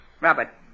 Robert